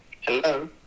Hello